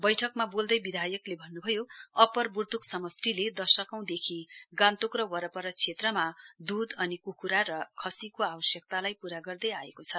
बैठकमा बोल्दै विधायकले भन्नुभयो अप्पर बुर्तुक समष्टिले दशकौं देखि गान्तोक र वरपर क्षेत्रमा द्ध अनि कुख्रा र खसीको आवश्यकतालाई पूरा गर्दै आएको छ